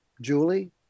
Julie